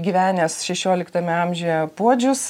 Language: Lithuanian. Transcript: gyvenęs šešioliktame amžiuje puodžius